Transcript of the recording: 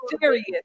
serious